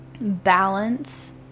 balance